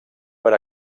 per